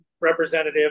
representative